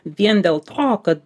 vien dėl to kad